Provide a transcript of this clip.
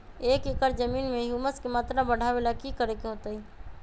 एक एकड़ जमीन में ह्यूमस के मात्रा बढ़ावे ला की करे के होतई?